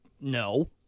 no